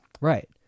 right